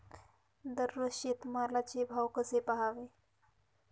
दररोज शेतमालाचे भाव कसे पहावे?